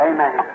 Amen